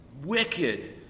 wicked